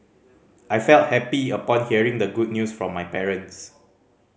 I felt happy upon hearing the good news from my parents